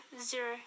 zero